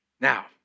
Now